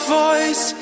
voice